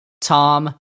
Tom